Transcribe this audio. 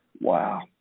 Wow